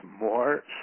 more